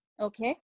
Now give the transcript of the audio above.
Okay